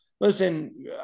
listen